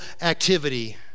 activity